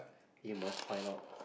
hey must find out